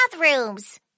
bathrooms